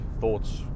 thoughts